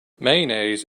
mayonnaise